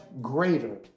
greater